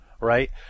Right